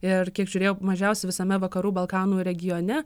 ir kiek žiūrėjau mažiausi visame vakarų balkanų regione